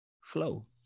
flow